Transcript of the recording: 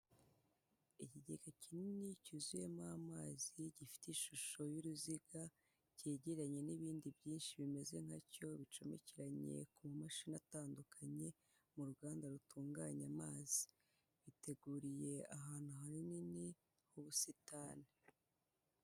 Ikigega kinini cyuzuyemo amazi gifite ishusho y'uruziga cyegeranye n'ibindi byinshi bimeze nka cyo bicomekeranye ku mamashini atandukanye mu ruganda rutunganya amazi biteguriye ahantu hanini h'ubusitani.